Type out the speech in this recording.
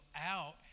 out